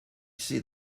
see